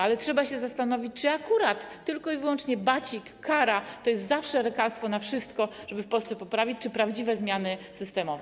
Ale trzeba się zastanowić, czy akurat tylko i wyłącznie bacik, kara to jest zawsze lekarstwo na wszystko, sposób, żeby w Polsce coś poprawić, czy prawdziwe zmiany systemowe.